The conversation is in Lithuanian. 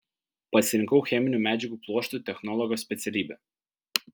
pasirinkau cheminių medžiagų pluoštų technologo specialybę